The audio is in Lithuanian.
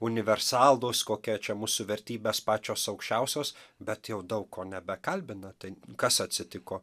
universalūs kokia čia mūsų vertybės pačios aukščiausios bet jau daug ko nebekalbina tai kas atsitiko